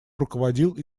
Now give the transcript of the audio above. руководил